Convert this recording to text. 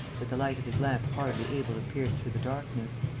with the light of his lamp hardly able to pierce through the darkness.